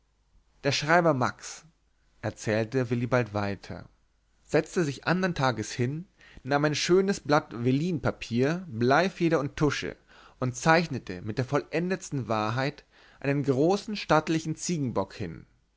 der schreiber max erzählte willibald weiter setzte sich andern tages hin nahm ein großes schönes blatt velinpapier bleifeder und tusche und zeichnete mit der vollendetsten wahrheit einen großen stattlichen ziegenbock hin